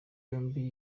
yombi